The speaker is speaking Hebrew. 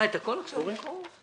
לקרוא עכשיו את הכול?